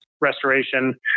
restoration